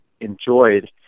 enjoyed